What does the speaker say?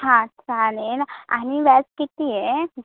हां चालेल आणि व्याज किती आहे